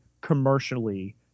commercially